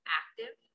active